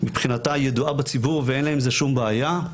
מבחינתה ידועה בציבור ואין לה עם זה שום בעיה.